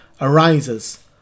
arises